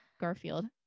garfield